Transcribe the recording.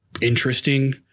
interesting